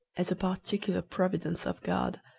as a particular providence of god,